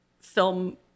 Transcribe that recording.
film